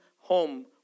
home